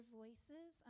voices